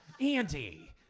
Andy